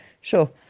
sure